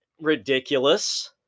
Ridiculous